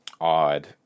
odd